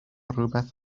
rhywbeth